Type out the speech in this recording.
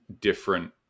different